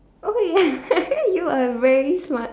okay you are very smart